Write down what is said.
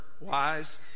wise